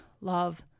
love